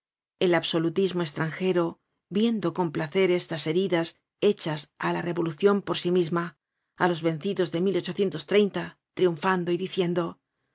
el absolutismo estranjero viendo con placer estas heridas hechas á la revolucion por sí misma los vencidos de triunfando y diciendo